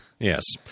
Yes